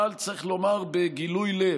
אבל צריך לומר בגילוי לב: